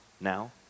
now